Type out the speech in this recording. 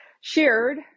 shared